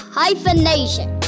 hyphenation